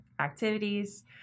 activities